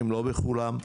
לא בכולם.